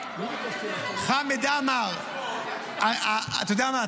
חמד עמאר, אתה יודע מה?